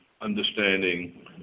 understanding